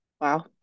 wow